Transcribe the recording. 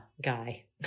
guy